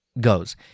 goes